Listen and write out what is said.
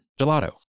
Gelato